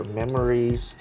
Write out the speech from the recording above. memories